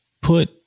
put